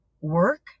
work